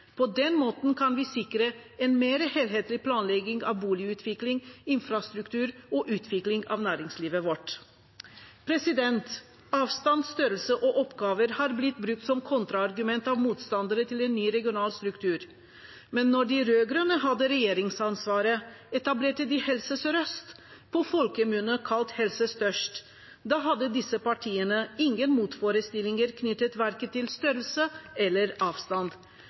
På den måten kan vi sikre en mer helhetlig planlegging av boligutvikling, infrastruktur og utvikling av næringslivet vårt. Avstand, størrelse og oppgaver har blitt brukt som kontraargumenter av motstandere av en ny regional struktur. Men da de rød-grønne hadde regjeringsansvaret, etablerte de Helse Sør-Øst, på folkemunne kalt «Helse Størst». Da hadde disse partiene ingen motforestillinger knyttet verken til størrelse eller avstand.